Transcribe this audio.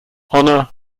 honor